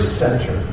center